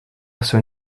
also